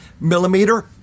millimeter